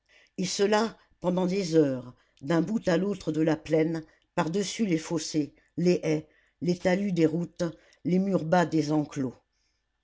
et cela pendant des heures d'un bout à l'autre de la plaine par-dessus les fossés les haies les talus des routes les murs bas des enclos